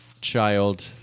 child